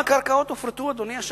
הייתי יושב-ראש